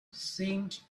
seemed